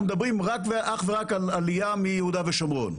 אנחנו מדברים אך ורק על עלייה מיהודה ושומרון.